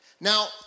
Now